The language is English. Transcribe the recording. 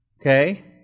okay